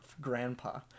grandpa